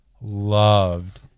loved